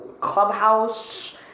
clubhouse